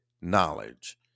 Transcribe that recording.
knowledge